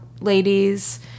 ladies